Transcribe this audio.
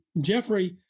Jeffrey